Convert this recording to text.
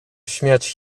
śmiać